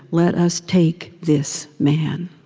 let us take this man.